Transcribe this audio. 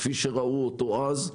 כפי שראו אותו אז,